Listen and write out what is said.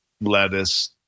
lettuce